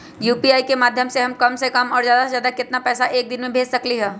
UPI के माध्यम से हम कम से कम और ज्यादा से ज्यादा केतना पैसा एक दिन में भेज सकलियै ह?